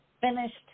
finished